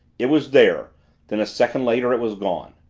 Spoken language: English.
it was there then a second later, it was gone!